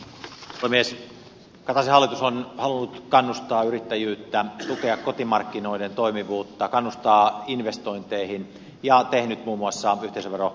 kataisen hallitus on halunnut kannustaa yrittäjyyttä tukea kotimarkkinoiden toimivuutta kannustaa investointeihin ja on tehnyt muun muassa yhteisöveroalennuspäätöksen